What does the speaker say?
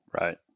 Right